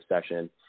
session